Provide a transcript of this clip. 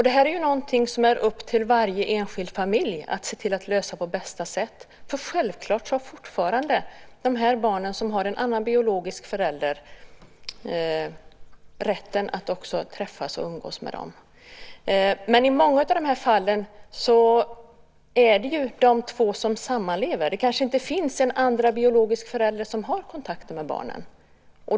Det här är ju någonting som är upp till varje enskild familj att se till att lösa på bästa sätt. Självklart har fortfarande de här barnen, som har en annan biologisk förälder, rätten att också träffa och umgås med dem. Men i många av de här fallen är det ju de två som sammanlever. Det kanske inte finns en andra biologisk förälder som har kontakt med barnen.